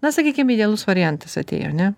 na sakykim idealus variantas atėjo ane